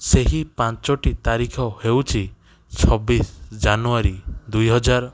ସେହି ପାଞ୍ଚୋଟି ତାରିଖ ହେଉଛି ଛବିଶ ଜାନୁଆରୀ ଦୁଇ ହଜାର